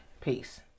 Peace